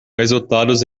resultados